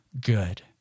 good